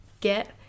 get